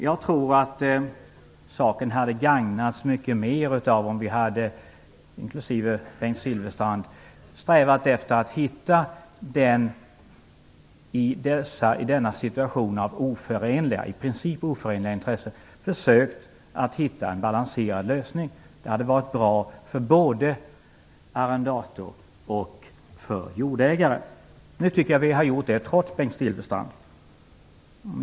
Jag tror att saken hade gagnats mycket mer om vi, också Bengt Silfverstrand, i denna situation av i princip oförenliga intressen hade försökt att hitta en balanserad lösning. Det hade varit bra både för arrendatorn och för jordägaren. Nu tycker jag att vi har gjort det, trots Bengt Silfverstrand.